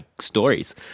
stories